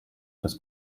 des